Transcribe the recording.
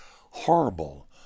horrible